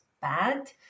bad